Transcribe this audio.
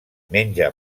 menja